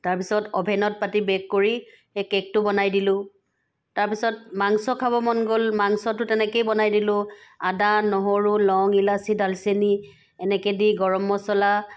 তাৰ পিছত অভেনত পাতি বেক কৰি সেই কেকটো বনাই দিলোঁ তাৰ পাছত মাংস খাব মন গ'ল মাংসটো তেনেকেই বনাই দিলোঁ আদা নহৰু লং ইলাচি ডালচেনি এনেকৈ দি গৰম মছলা